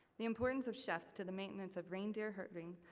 the importance of chefs to the maintenance of reindeer herding,